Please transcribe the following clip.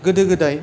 गोदो गोदाय